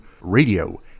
radio